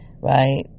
right